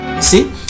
see